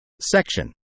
Section